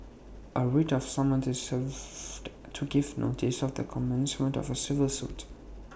A writ of summons is served to give notice of the commencement of A civil suit